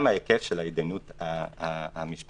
ההיקף של ההתדיינות המשפטית,